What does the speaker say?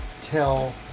tell